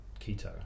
keto